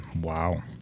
wow